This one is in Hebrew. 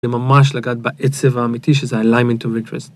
וממש לגעת בעצב האמיתי שזה alignment of interest.